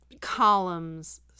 columns